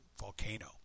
volcano